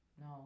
no